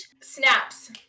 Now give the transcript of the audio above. Snaps